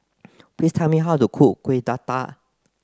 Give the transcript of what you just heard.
please tell me how to cook Kueh Dadar